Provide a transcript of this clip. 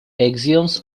axioms